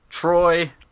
Troy